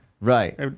Right